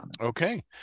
Okay